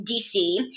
DC